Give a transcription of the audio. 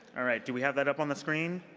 all right. do we have that up on the screen?